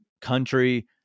country